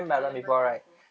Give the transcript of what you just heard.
ya ya I went batam before